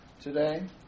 today